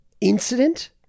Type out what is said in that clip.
incident